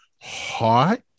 hot